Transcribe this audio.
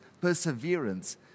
perseverance